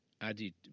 added